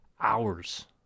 hours